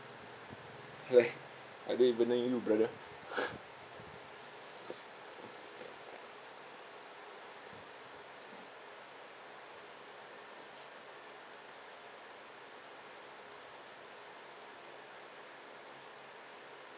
like I don't even know you brother